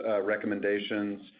recommendations